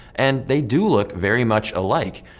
and they do look very much alike.